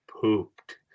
pooped